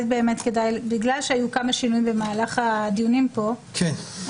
בגלל שהיו כמה שינוים במהלך הדיונים כאן,